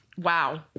Wow